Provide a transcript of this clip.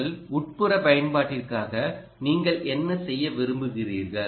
உங்கள் உட்புற பயன்பாட்டிற்காக நீங்கள் என்ன செய்ய விரும்புகிறீர்கள்